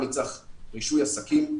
אני צריך רישוי עסקים,